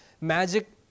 magic